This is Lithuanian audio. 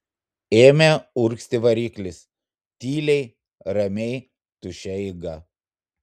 ėmė urgzti variklis tyliai ramiai tuščia eiga